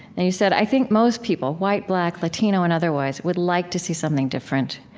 and you said, i think most people, white, black, latino, and otherwise, would like to see something different.